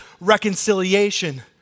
reconciliation